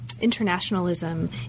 internationalism